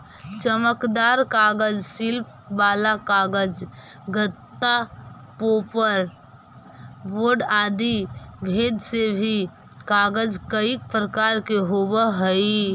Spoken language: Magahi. चमकदार कागज, शिल्प वाला कागज, गत्ता, पोपर बोर्ड आदि भेद से भी कागज कईक प्रकार के होवऽ हई